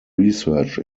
research